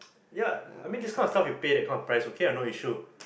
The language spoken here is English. yeah I mean this kind of stuff you pay that kind of price okay ah no issue